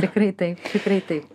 tikrai taip tikrai taip